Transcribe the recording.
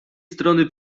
strony